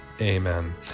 Amen